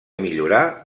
millorar